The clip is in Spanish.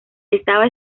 estaba